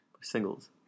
Singles